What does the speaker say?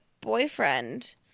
boyfriend-